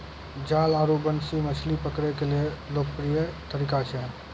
जाल आरो बंसी मछली पकड़ै के लोकप्रिय तरीका छै